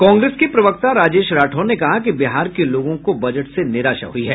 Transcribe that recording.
कांग्रेस के प्रवक्ता राजेश राठौर ने कहा कि बिहार के लोगों को बजट से निराशा हुई है